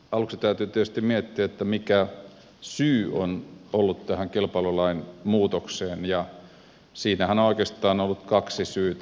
aluksi täytyy tietysti miettiä mikä on ollut syy tähän kilpailulain muutokseen ja siinähän on oikeastaan ollut kaksi syytä